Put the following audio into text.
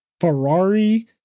Ferrari